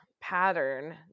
pattern